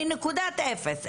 מנקודת אפס,